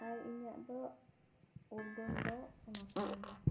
ᱟᱨ ᱤᱧᱟᱹᱜ ᱫᱮ ᱚᱨᱜᱳᱱ ᱫᱚ ᱚᱱᱟ ᱠᱟᱱ ᱜᱮᱭᱟ